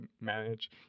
manage